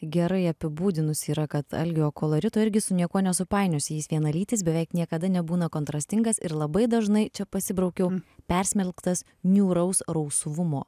gerai apibūdinus yra kad algio kolorito irgi su niekuo nesupainiosi jis vienalytis beveik niekada nebūna kontrastingas ir labai dažnai čia pasibraukiau persmelktas niūraus rausvumo